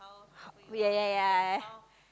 oh ya ya ya ya